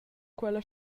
quella